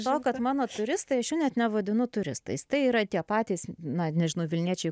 to kad mano turistai iš jų net nevadinu turistais tai yra tie patys na nežinau vilniečiai